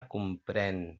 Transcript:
comprèn